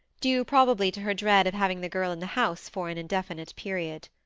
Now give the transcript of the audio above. due probably to her dread of having the girl in the house for an indefinite period.